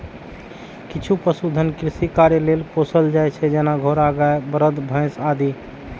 किछु पशुधन कृषि कार्य लेल पोसल जाइ छै, जेना घोड़ा, गाय, बरद, भैंस आदि